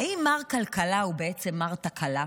האם מר כלכלה הוא בעצם מר כלכלה?